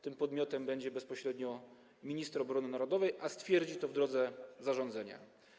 Tym podmiotem będzie bezpośrednio minister obrony narodowej, a stwierdzi to w drodze zarządzenia.